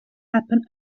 happen